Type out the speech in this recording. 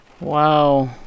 wow